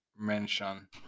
mention